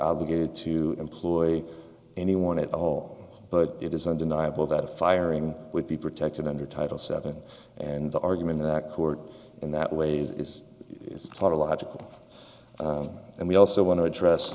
obligated to employ anyone at all but it is undeniable that firing would be protected under title seven and the argument that court in that way is not a logical and we also want to address